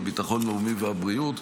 הביטחון הלאומי והבריאות.